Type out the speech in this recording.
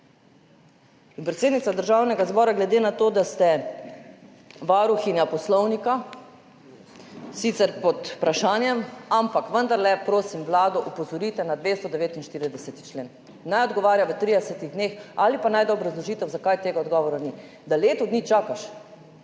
Predsednica Državnega zbora, glede na to, da ste varuhinja Poslovnika – sicer pod vprašajem, ampak vendarle – prosim vlado opozorite na 249. člen, naj odgovarja v 30 dneh ali pa naj dajo obrazložitev, zakaj tega odgovora ni. Da leto dni čakaš,